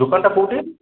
ଦୋକାନଟା କେଉଁଠି